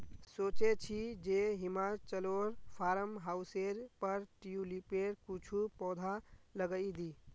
सोचे छि जे हिमाचलोर फार्म हाउसेर पर ट्यूलिपेर कुछू पौधा लगइ दी